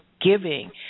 giving